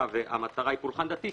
והמטרה היא פולחן דתי,